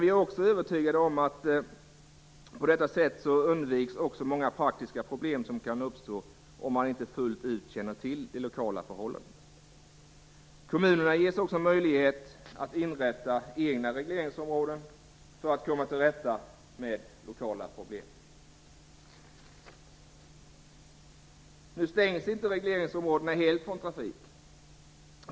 Vi är också övertygade om att på detta sätt undviks många praktiska problem som kan uppstå, om man inte fullt ut känner till de lokala förhållandena. Kommunerna ges också möjlighet att inrätta egna regleringsområden för att komma till rätta med lokala problem. Nu stängs regleringsområdena inte helt från trafik.